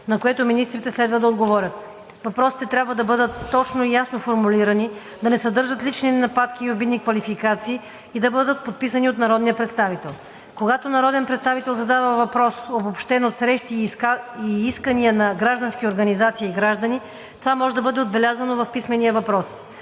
на което министрите следва да отговорят. Въпросите трябва да бъдат точно и ясно формулирани, да не съдържат лични нападки и обидни квалификации и да бъдат подписани от народния представител. Когато народен представител задава въпрос, обобщен от срещи и искания на граждански организации и граждани, това може да бъде отбелязано в писмения въпрос.